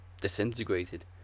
disintegrated